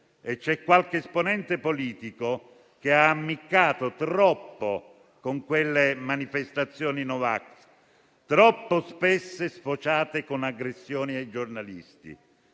e c'è qualche esponente politico che ha ammiccato troppo a quelle manifestazioni no vax, troppo spesso sfociate in aggressioni ai giornalisti.